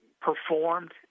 performed